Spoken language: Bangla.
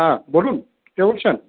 হ্যাঁ বলুন কে বলছেন